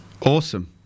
Awesome